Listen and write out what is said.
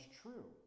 true